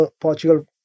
Portugal